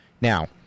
Now